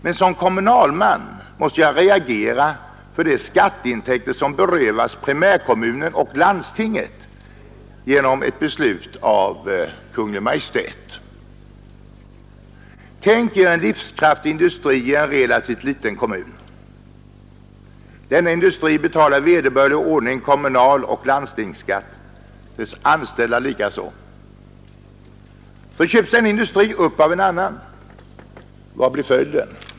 Men som kommunalman måste jag reagera mot att skatteintäkter berövas primärkommuner och landsting genom ett beslut av Kungl. Maj:t. Tänk er en livskraftig industri i en relativt liten kommun. Denna industri betalar i vederbörlig ordning kommunaloch landstingsskatt, dess anställda likaså. Så köps denna industri upp av en annan. Vad blir följden?